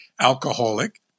alcoholic